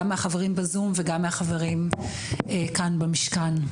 גם מהחברים בזום וגם מהחברים כאן במשכן,